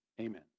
amen